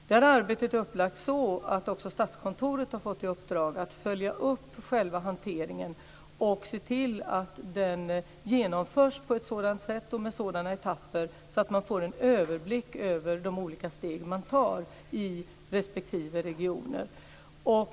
Det här arbetet är upplagt så att också Statskontoret har fått i uppdrag att följa upp själva hanteringen och se till att den genomförs på ett sådant sätt och i sådana etapper att man får en överblick över de olika steg man tar i respektive regioner.